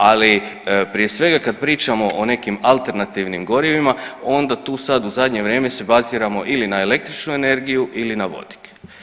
Ali prije svega kad pričamo o nekim alternativnim gorivima onda tu sad u zadnje vrijeme se baziramo ili na električnu energiju ili na vodik.